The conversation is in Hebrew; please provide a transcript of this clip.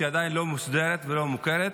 שעדיין לא מוסדרת ולא מוכרת.